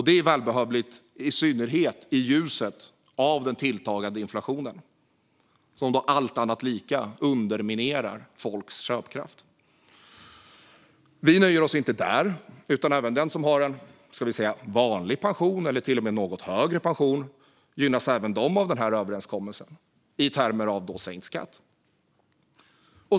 Detta är välbehövligt, i synnerhet i ljuset av den tilltagande inflationen, som allt annat lika underminerar folks köpkraft. Men vi nöjer oss inte där. Även de som har en vanlig pension eller till och med en något högre pension gynnas av den här överenskommelsen genom sänkt skatt.